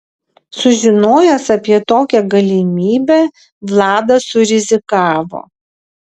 sužinojęs apie tokią galimybę vladas surizikavo